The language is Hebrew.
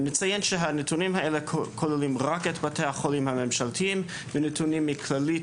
נציין שהנתונים האלה כוללים רק את בתי החולים הממשלתיים ונתונים מכללית,